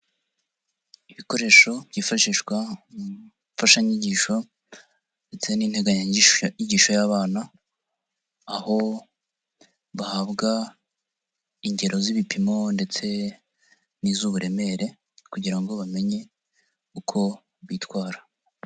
Ibikoresho byifashishwa mu mfashanyigisho ndetse n'integanyangisho y'abana, aho bahabwa ingero z'ibipimo ndetse n'izuburemere kugira ngo bamenye uko bitwara.